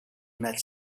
met